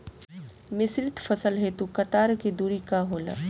मिश्रित फसल हेतु कतार के दूरी का होला?